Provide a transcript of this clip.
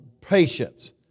patience